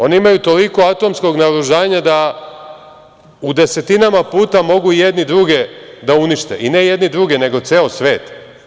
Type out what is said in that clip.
Oni imaju toliko atomskog naoružanja da u desetinama puta mogu jedni druge da unište i ne jedni druge, nego ceo svet.